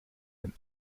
wenn